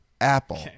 apple